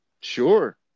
Sure